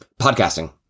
Podcasting